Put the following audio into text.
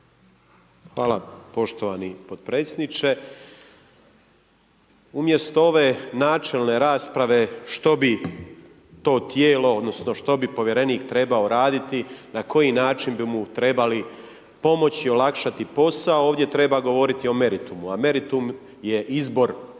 Hvala poštovani podpredsjedniče, umjesto ove načelne rasprave što bi to tijelo odnosno što bi povjerenik trebao raditi na koji način bi mu trebali pomoći olakšati posao, ovdje treba govoriti o meritumu, a meritum je izbor